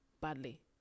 badly